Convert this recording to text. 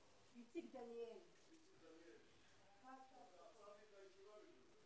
כן, מה אתה יכול לדווח לנו?